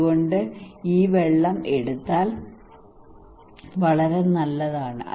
അതുകൊണ്ട് ഈ വെള്ളം എടുത്താൽ വളരെ നല്ലതാണ്